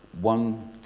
one